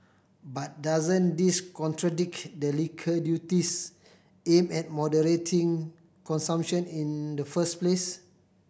but doesn't this contradict the liquor duties aim at moderating consumption in the first place